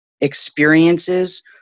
experiences